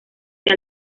que